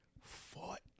Fought